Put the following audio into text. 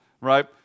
right